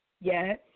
Yes